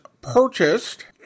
purchased